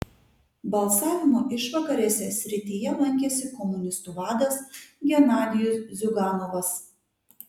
balsavimo išvakarėse srityje lankėsi komunistų vadas genadijus ziuganovas